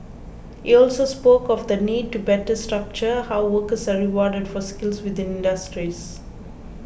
he also spoke of the need to better structure how workers are rewarded for skills within industries